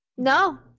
No